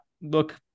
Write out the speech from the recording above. look